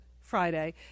Friday